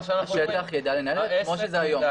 כמו שזה היום.